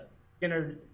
Skinner